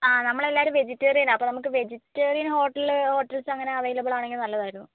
ആ നമ്മളെല്ലാവരും വെജിറ്റേറിയനാ അപ്പോൾ നമുക്ക് വെജിറ്റേറിയൻ ഹോട്ടല് ഹോട്ടൽസങ്ങനെ അവൈലബിൾ ആണെങ്കിൽ നല്ലതായിരുന്നു